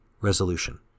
Resolution